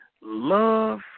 love